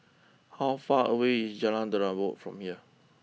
how far away is Jalan Terubok from here